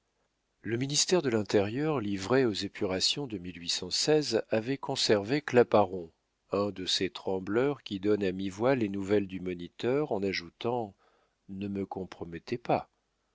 le ministère de l'intérieur livré aux épurations de avait conservé claparon un de ces trembleurs qui donnent à mi-voix les nouvelles du moniteur en ajoutant ne me compromettez pas